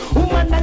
Woman